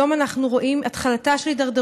היום אנחנו רואים את התחלתה של הידרדרות.